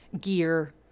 gear